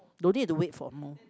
don't need to wait for mold